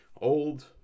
old